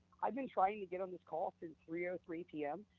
i've been trying to get on this call since three ah three p m,